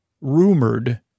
rumored